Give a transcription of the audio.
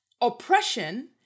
oppression